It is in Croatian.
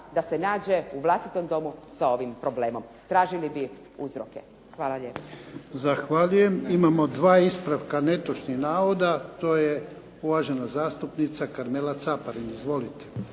da se nađe u vlastitom domu sa ovim problemom, tražili bi uzroke. Hvala lijepa. **Jarnjak, Ivan (HDZ)** Zahvaljujem. Imamo dva ispravka netočnih navoda. To je uvažena zastupnica Karmela Caparin. Izvolite.